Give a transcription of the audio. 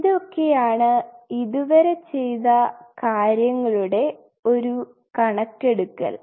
ഇതൊക്കെയാണ് ഇതുവരെ ചെയ്ത കാര്യങ്ങളുടെ ഒരു കണക്ക് എടുക്കൽ